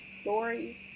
story